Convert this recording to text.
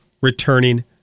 returning